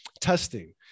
testing